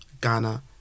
Ghana